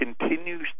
continues